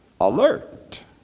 alert